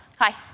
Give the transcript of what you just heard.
Hi